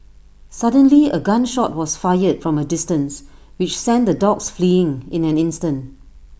suddenly A gun shot was fired from A distance which sent the dogs fleeing in an instant